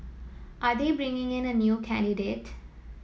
are they bringing in a new candidate